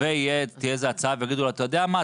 ותהיה הצעה ויגידו לו: אתה יודע מה,